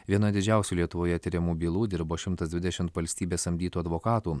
vienoj didžiausių lietuvoje tiriamų bylų dirbo šimtas dvidešimt valstybės samdytų advokatų